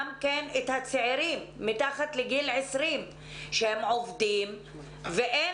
גם צעירים מתחת לגיל 20 שהם עובדים ואין